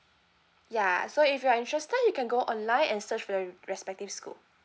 ya so if you are interested you can go online and search for the respective school